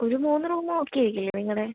ഒരു മൂന്ന് room book ചെയ്യില്ലേ നിങ്ങളുടെ